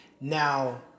Now